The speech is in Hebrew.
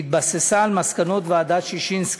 שהתבססה על מסקנות ועדת ששינסקי.